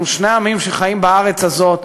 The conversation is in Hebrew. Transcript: אנחנו שני עמים שחיים בארץ הזאת,